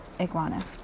Iguana